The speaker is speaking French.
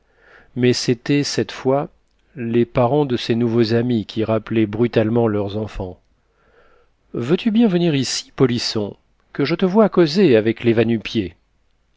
mais c'étaient alors les parents de ses nouveaux amis qui rappelaient brutalement leurs enfants veux-tu bien venir ici polisson que je te voie causer avec